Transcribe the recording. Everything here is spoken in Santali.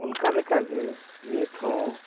ᱚᱱᱠᱟᱱ ᱞᱮᱠᱟ ᱜᱤ ᱱᱤᱛ ᱦᱚᱸ